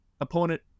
opponent